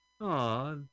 Aw